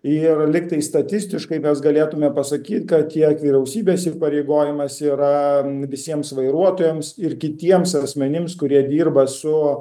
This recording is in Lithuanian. ir lyg tai statistiškai mes galėtume pasakyt kad tiek vyriausybės įpareigojimas yra visiems vairuotojams ir kitiems asmenims kurie dirba su